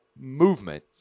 movement